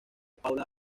paula